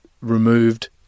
removed